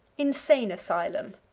insane asylum.